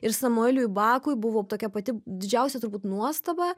ir samueliui bakui buvo tokia pati didžiausia turbūt nuostaba